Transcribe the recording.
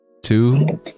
two